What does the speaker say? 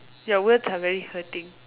your words are very hurting